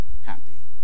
happy